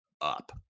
up